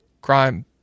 crime